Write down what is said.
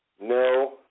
no